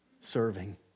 serving